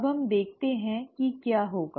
अब हम देखते हैं कि क्या होगा